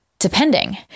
Depending